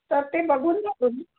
तर ते बघून जा तुम्ही